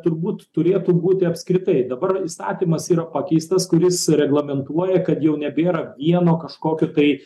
turbūt turėtų būti apskritai dabar įstatymas yra pakeistas kuris reglamentuoja kad jau nebėra vieno kažkokio tai